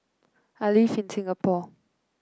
I live in Singapore